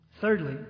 Thirdly